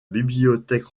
bibliothèque